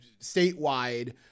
statewide –